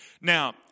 Now